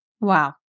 Wow